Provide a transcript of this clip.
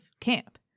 camp